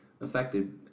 affected